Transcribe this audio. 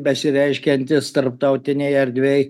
besireiškiantis tarptautinėj erdvėj